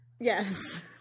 Yes